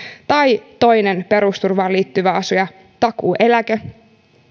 tai toinen perusturvaan liittyvä asia takuueläke